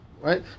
right